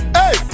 hey